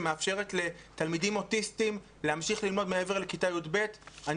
שמאפשרת לתלמידים אוטיסטים להמשיך ללמוד מעבר לכיתה י"ב אני